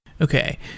Okay